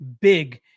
big